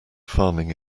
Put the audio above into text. farming